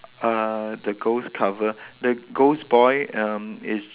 uh the ghost cover the ghost boy um is